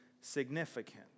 significant